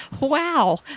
wow